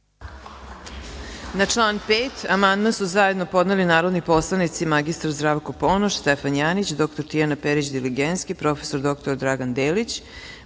član 6. amandmane su zajedno podneli narodni poslanici mr. Zdravko Ponoš, Stefan Janjić, dr Tijana Perić Diligenski, prof. dr Dragan Delić,